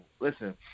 listen